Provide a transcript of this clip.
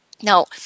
Now